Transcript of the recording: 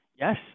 Yes